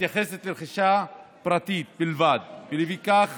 מתייחסת לרכישה פרטית בלבד, ולפיכך